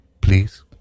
Please